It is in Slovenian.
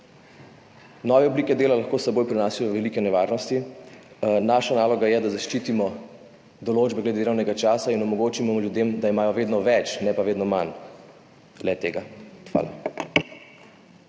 Nove oblike dela lahko s seboj prinašajo velike nevarnosti. Naša naloga je, da zaščitimo določbe glede delovnega časa in omogočimo ljudem, da imajo vedno več, ne pa vedno manj le-tega. Hvala.